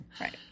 Right